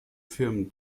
firmen